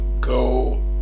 go